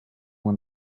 when